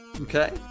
Okay